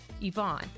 Yvonne